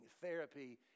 therapy